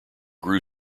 grew